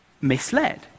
misled